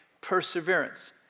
perseverance